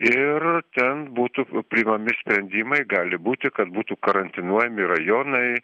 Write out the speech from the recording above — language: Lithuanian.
ir ten būtų priimami sprendimai gali būti kad būtų karantinuojami rajonai